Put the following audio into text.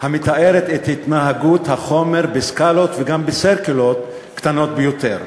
המתארת את התנהגות החומר בסקאלות וגם ב"סירקולות" קטנות ביותר.